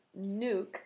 Nuke